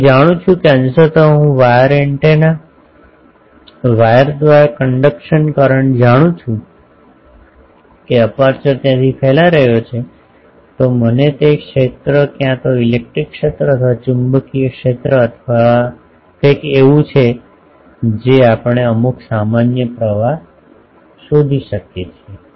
જો હું જાણું છું કે અંશત હું વાયર દ્વારા કન્ડક્શન કરંટ જાણું છું કે અપેર્ચર ત્યાંથી ફેલાઈ રહ્યો છે મને તે ક્ષેત્ર ક્યાં તો ઇલેક્ટ્રિક ક્ષેત્ર અથવા ચુંબકીય ક્ષેત્ર અથવા કંઈક એવું છે જે આપણે અમુક સામાન્ય પ્રવાહ શોધી શકીએ છીએ